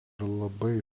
labai